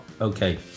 Okay